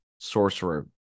sorcerer